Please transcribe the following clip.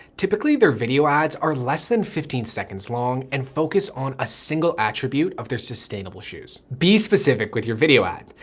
typically their video ads are less than fifteen seconds long and focus on a single attribute of their sustainable shoes. be specific with your video ad.